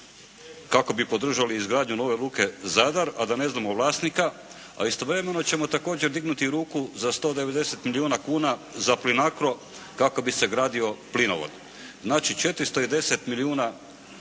kako bi podržali izgradnju nove luke Zadar, a da ne znamo vlasnika, a istovremeno ćemo također dignuti ruku za 190 milijuna kuna za "Plinacro" kako bi se gradio plinovod. Znači 410 milijuna